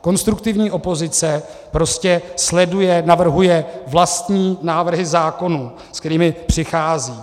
Konstruktivní opozice prostě sleduje, navrhuje vlastní návrhy zákonů, s kterými přichází.